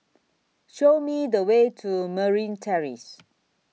Show Me The Way to Merryn Terrace